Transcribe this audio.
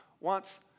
wants